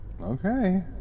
Okay